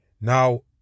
Now